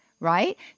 right